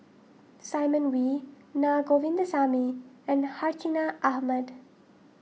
Simon Wee Na Govindasamy and Hartinah Ahmad